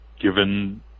given